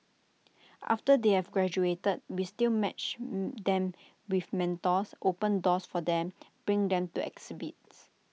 after they have graduated we still match them with mentors open doors for them bring them to exhibits